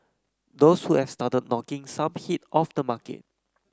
those who at started knocking some heat off the market